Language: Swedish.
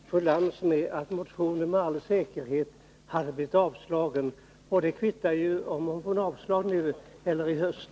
Herr talman! Jag kan trösta fru Lantz med att motionen med all säkerhet hade blivit avslagen. Och det kan väl kvitta om den blir avslagen nu eller i höst.